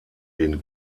den